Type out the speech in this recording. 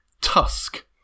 Tusk